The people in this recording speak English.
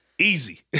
Easy